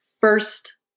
First